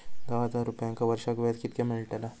दहा हजार रुपयांक वर्षाक व्याज कितक्या मेलताला?